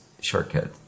shortcut